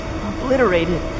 obliterated